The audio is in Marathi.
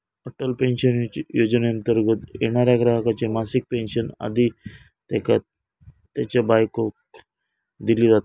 अटल पेन्शन योजनेंतर्गत येणाऱ्या ग्राहकाची मासिक पेन्शन आधी त्येका मागे त्येच्या बायकोक दिली जाता